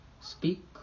Speak